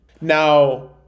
Now